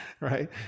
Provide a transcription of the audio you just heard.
right